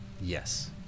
Yes